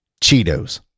Cheetos